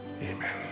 Amen